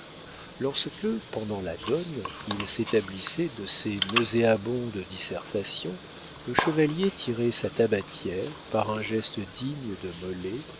lorsque pendant la donne il s'établissait de ces nauséabondes dissertations le chevalier tirait sa tabatière par un geste digne de molé